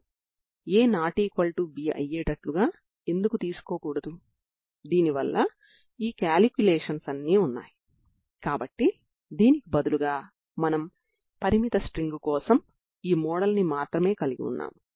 ఈ డిఅలెమ్బెర్ట్ యొక్క పరిష్కారాన్ని ఉపయోగించుకొని మనం పరిష్కారాన్ని కనుగొంటాము